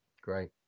Great